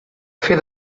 fer